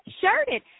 shirted